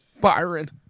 Byron